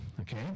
okay